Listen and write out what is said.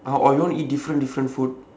uh or you want to eat different different food